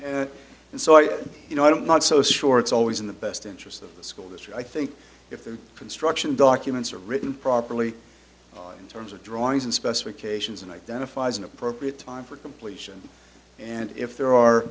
years and so i you know i don't not so sure it's always in the best interest of the school district i think if the construction documents are written properly in terms of drawings and specifications and identifies an appropriate time for completion and if there are